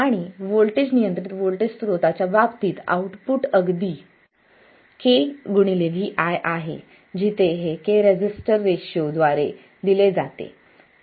आणि व्होल्टेज नियंत्रित व्होल्टेज स्त्रोताच्या बाबतीत आउटपुट अगदी k Vi आहे जिथे हे k रेझिस्टर रेशो द्वारे दिले जाते